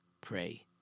pray